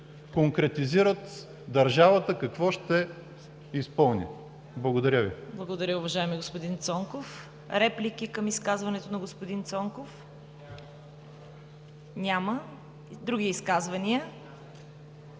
конкретизират държавата какво ще изпълни. Благодаря Ви. ПРЕДСЕДАТЕЛ ЦВЕТА КАРАЯНЧЕВА: Благодаря, уважаеми господин Цонков. Реплики към изказването на господин Цонков? Няма. Други изказвания?